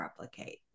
replicate